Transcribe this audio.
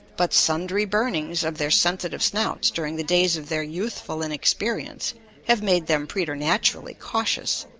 but sundry burnings of their sensitive snouts during the days of their youthful inexperience have made them preternaturally cautious,